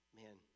man